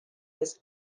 this